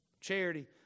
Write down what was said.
Charity